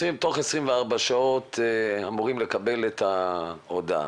שתוך 24 שעות אמורים לקבל את ההודעה,